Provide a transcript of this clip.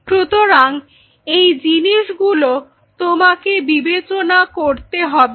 সুতরাং এই জিনিসগুলো তোমাকে বিবেচনা করতে হবে